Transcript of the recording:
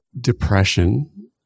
depression